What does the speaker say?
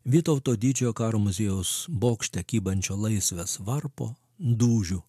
vytauto didžiojo karo muziejaus bokšte kybančio laisvės varpo dūžių